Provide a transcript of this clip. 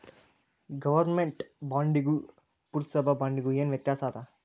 government ಬಾಂಡಿಗೂ ಪುರ್ಸಭಾ ಬಾಂಡಿಗು ಏನ್ ವ್ಯತ್ಯಾಸದ